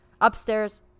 upstairs